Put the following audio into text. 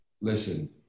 listen